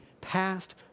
past